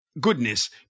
Goodness